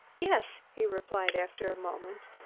yes, he replied after a moment.